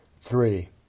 Three